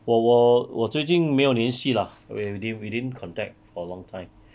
我我我最近没有联系 lah we didn't we didn't contact for a long time